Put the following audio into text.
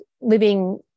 living